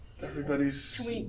Everybody's